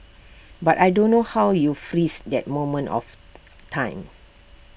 but I don't know how you freeze that moment of time